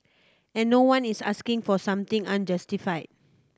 and no one is asking for something unjustified